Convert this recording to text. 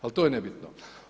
Al to je nebitno.